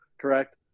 correct